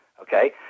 Okay